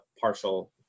partial